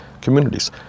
communities